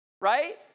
right